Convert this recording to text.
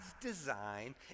design